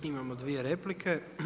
Imamo dvije replike.